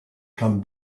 come